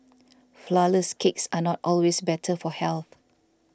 Flourless Cakes are not always better for health